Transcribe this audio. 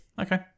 Okay